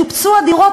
שופצו הדירות,